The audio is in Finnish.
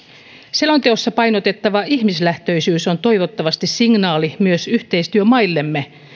selonteossa painotettava ihmislähtöisyys on toivottavasti signaali myös yhteistyömaillemme